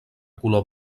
color